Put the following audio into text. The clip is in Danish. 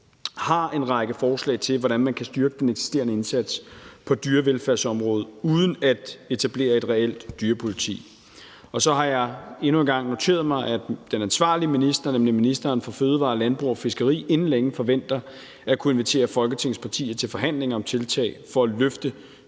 har en række forslag til, hvordan man kan styrke den eksisterende indsats på dyrevelfærdsområdet uden at etablere et reelt dyrepoliti. Så har jeg endnu en gang noteret mig, at den ansvarlige minister, nemlig ministeren for fødevarer, landbrug og fiskeri, inden længe forventer at kunne invitere Folketingets partier til forhandling om tiltag for at løfte